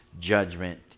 judgment